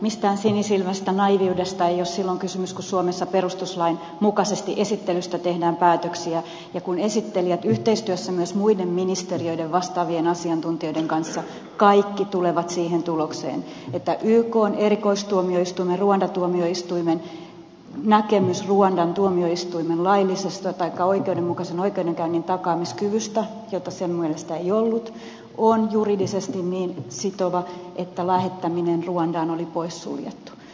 mistään sinisilmäisestä naiiviudesta ei ole silloin kysymys kun suomessa perustuslain mukaisesti esittelystä tehdään päätöksiä ja kun esittelijät yhteistyössä myös muiden ministeriöiden vastaavien asiantuntijoiden kanssa kaikki tulevat siihen tulokseen että ykn erikoistuomioistuimen ruanda tuomioistuimen näkemys ruandan tuomioistuimen laillisen taikka oikeudenmukaisen oikeudenkäynnin takaamiskyvystä sitä minun mielestäni ei ollut on juridisesti niin sitova että lähettäminen ruandaan oli poissuljettu